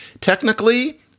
Technically